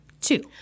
two